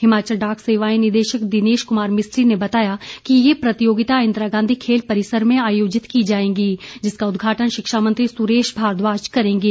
हिमाचल डाक सेवाएं निदेशक दिनेश कुमार मिस्त्री ने बताया कि ये प्रतियोगिता इंदिरा गांधी खेल परिसर में आयोजित की जाएंगी जिसका उद्घाटन शिक्षा मंत्री सुरेश भारद्वाज करेंगे